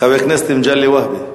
חבר הכנסת מגלי והבה.